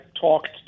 talked